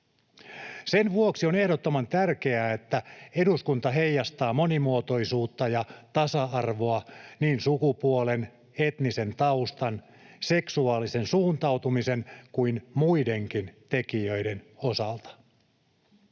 Sen vuoksi on ehdottoman tärkeää, että eduskunta heijastaa monimuotoisuutta ja tasa-arvoa niin sukupuolen, etnisen taustan, seksuaalisen suuntautumisen kuin muidenkin tekijöiden osalta.